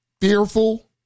Fearful